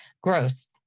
Gross